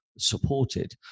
supported